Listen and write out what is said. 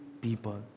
people